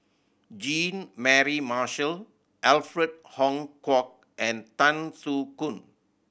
Jean Mary Marshall Alfred Hong Kwok and Tan Soo Khoon